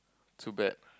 too bad